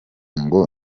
ngo